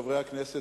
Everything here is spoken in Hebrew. חברי הכנסת,